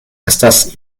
estas